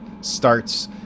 starts